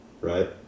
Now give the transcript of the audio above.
right